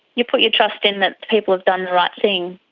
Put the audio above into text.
you put your trust in that people have done the right thing.